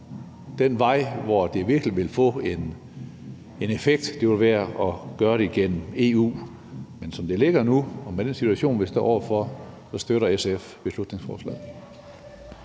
den vej, hvor det virkelig vil få en effekt, vil være at gøre det igennem EU. Men som det ligger nu og med den situation, vi står over for, støtter SF beslutningsforslaget.